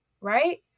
right